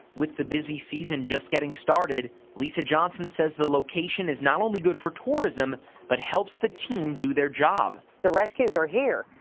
with the busy season just getting started, lisa johnson says the location is not only good for tourism but helps the team do their job. the rescues are here.